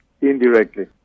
indirectly